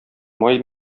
май